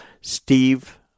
Steve